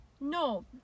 No